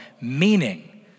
Meaning